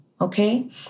okay